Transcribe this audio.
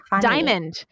diamond